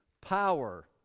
power